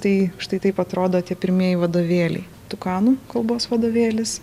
tai štai taip atrodo tie pirmieji vadovėliai tukanų kalbos vadovėlis